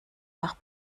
nach